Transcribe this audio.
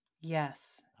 Yes